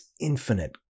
infinite